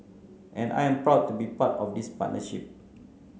and I am proud to be part of this partnership